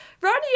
Ronnie